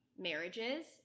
marriages